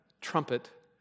trumpet